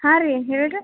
ಹಾಂ ರೀ ಹೇಳಿರಿ